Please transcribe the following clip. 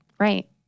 Right